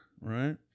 right